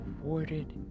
awarded